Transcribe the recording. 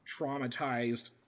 traumatized